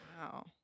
Wow